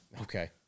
Okay